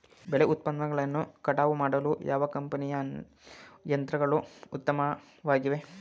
ಬೆಳೆ ಉತ್ಪನ್ನಗಳನ್ನು ಕಟಾವು ಮಾಡಲು ಯಾವ ಕಂಪನಿಯ ಯಂತ್ರಗಳು ಉತ್ತಮವಾಗಿವೆ?